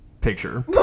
picture